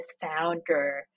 founder